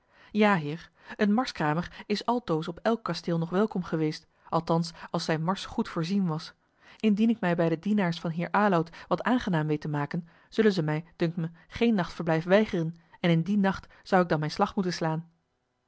ja heer een marskramer is altoos op elk kasteel nog welkom geweest althans als zijne mars goed voorzien was indien ik mij bij de dienaars van heer aloud wat aangenaam weet te maken zullen zij mij dunkt me geen nachtverblijf weigeren en in dien nacht zou ik dan mijn slag moeten slaan